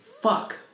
Fuck